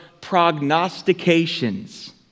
prognostications